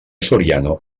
soriano